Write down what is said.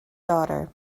daughter